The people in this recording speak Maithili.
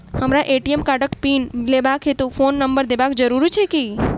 हमरा ए.टी.एम कार्डक पिन लेबाक हेतु फोन नम्बर देबाक जरूरी छै की?